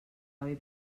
avi